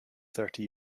thirty